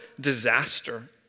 disaster